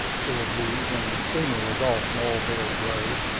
said he, when the steamer was off mulberry grove.